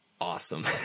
awesome